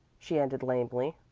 she ended lamely.